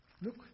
Look